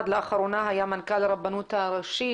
עד לאחרונה היה מנכ"ל הרבנות הראשית.